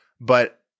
but-